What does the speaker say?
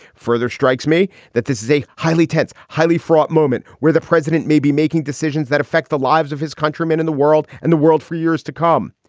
further strikes me that this is a highly tense, highly fraught moment where the president may be making decisions that affect the lives of his countrymen in the world and the world for years to come.